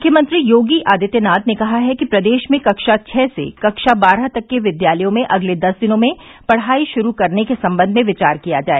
मुख्यमंत्री योगी आदित्यनाथ ने कहा है कि प्रदेश में कक्षा छः से कक्षा बारह तक के विद्यालयों में अगले दस दिनों में पढ़ाई शुरू करने के सम्बंध में विचार किया जाए